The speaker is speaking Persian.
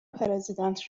پرزیدنت